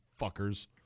fuckers